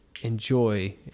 enjoy